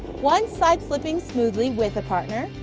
once side slipping smoothly with a partner,